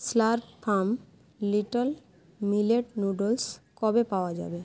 Slurrp Farm little millet noodles কবে পাওয়া যাবে